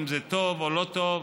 אם זה טוב או לא טוב,